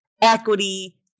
equity